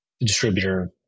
distributor